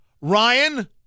Ryan